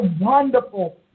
wonderful